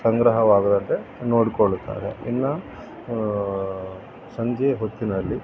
ಸಂಗ್ರಹವಾಗದಂತೆ ನೋಡಿಕೊಳ್ಳುತ್ತಾರೆ ಇನ್ನು ಸಂಜೆ ಹೊತ್ತಿನಲ್ಲಿ